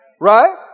Right